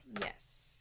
yes